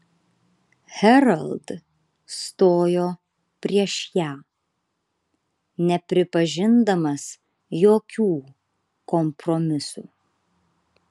herald stojo prieš ją nepripažindamas jokių kompromisų